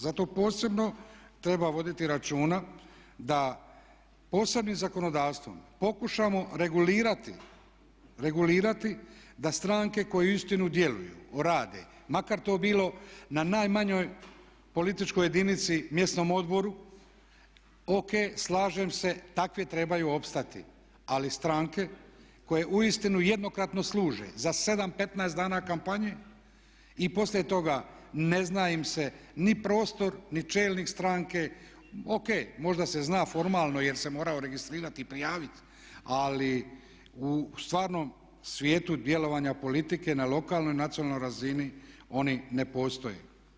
Zato posebno treba voditi računa da posebnim zakonodavstvom pokušamo regulirati da stranke koje uistinu djeluju, rade, makar to bilo na najmanjoj političkoj jedinici mjesnom odboru, O.K, slažem se takve trebaju opstati ali stranke koje uistinu jednokratno služe za 7, 15, dana kampanje i poslije toga ne zna im se ni prostor, ni čelnik stranke, O.K, možda se zna formalno jer se morao registrirati i prijaviti ali u stvarnom svijetu djelovanja politike, na lokalnoj i nacionalnoj razini oni ne postoje.